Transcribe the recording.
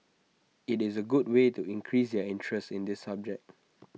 IT is A good way to increase and interest in this subject